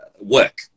work